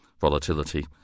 volatility